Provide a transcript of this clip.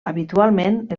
habitualment